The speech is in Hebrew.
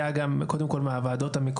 -- אנחנו נביא מידע קודם כול מהוועדות המקומיות,